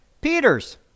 Peter's